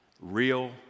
real